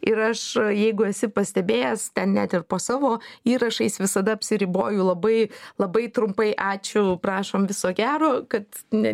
ir aš jeigu esi pastebėjęs net ir po savo įrašais visada apsiriboju labai labai trumpai ačiū prašom viso gero kad ne